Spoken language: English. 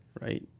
right